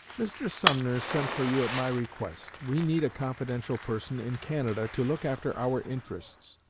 mr. sumner sent for you at my request we need a confidential person in canada to look after our interests,